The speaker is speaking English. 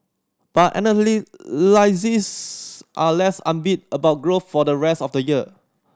but are less upbeat about growth for the rest of the year